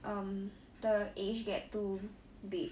um the age gap too big